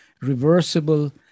reversible